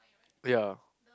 ya